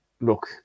Look